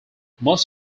most